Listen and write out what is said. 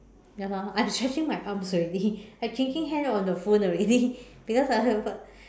ya lah I stretching my arms already I changing hand on the phone already because I haven't